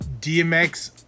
DMX